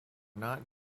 not